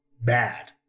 bad